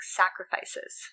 sacrifices